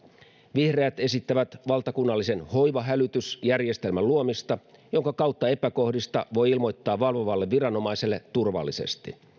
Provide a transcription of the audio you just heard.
vihreät esittävät valtakunnallisen hoivahälytysjärjestelmän luomista jonka kautta epäkohdista voi ilmoittaa valvovalle viranomaiselle turvallisesti